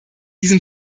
diesem